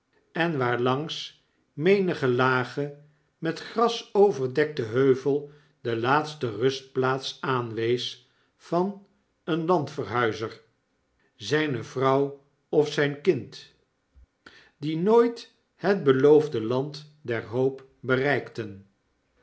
en waarlangs menige lage met gras overdekte heuvel de laatste rustplaats aanwees van een landverhuizer zijne vrouw of zyn kind die nooit het beloofdeland der hoop bereikten